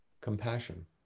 compassion